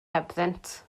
hebddynt